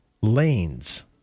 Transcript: lanes